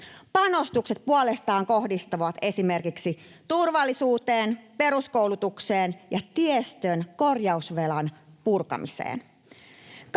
Panostukset puolestaan kohdistuvat esimerkiksi turvallisuuteen, peruskoulutukseen ja tiestön korjausvelan purkamiseen.